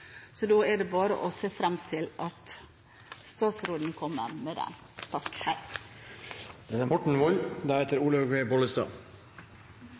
Da er det bare å se fram til at statsråden kommer med den.